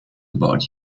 about